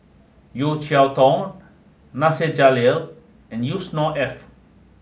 Yeo Cheow Tong Nasir Jalil and Yusnor Ef